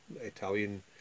Italian